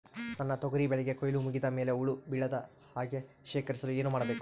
ನನ್ನ ತೊಗರಿ ಬೆಳೆಗೆ ಕೊಯ್ಲು ಮುಗಿದ ಮೇಲೆ ಹುಳು ಬೇಳದ ಹಾಗೆ ಶೇಖರಿಸಲು ಏನು ಮಾಡಬೇಕು?